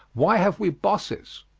why have we bosses?